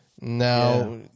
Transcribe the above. Now